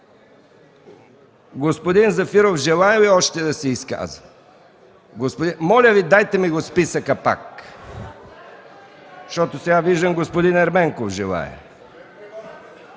Господин Зафиров желае ли още да се изкаже? Моля Ви, дайте ми пак списъка, защото сега виждам, че господин Ерменков желае.